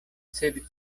sed